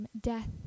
death